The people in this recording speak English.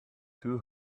too